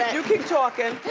ah you keep talking.